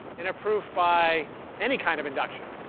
in a proof by any kind of induction?